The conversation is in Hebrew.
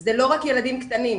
זה לא רק ילדים קטנים.